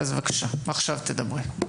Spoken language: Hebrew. בבקשה תדברי עכשיו.